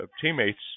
teammates